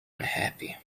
unhappy